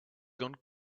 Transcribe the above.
gone